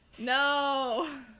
No